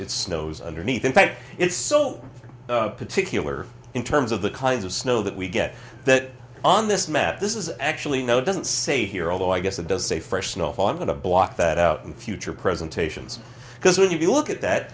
it snows underneath in fact it's so particular in terms of the kinds of snow that we get that on this map this is actually no it doesn't say here although i guess it does say fresh snowfall i'm going to block that out in future presentations because if you look at that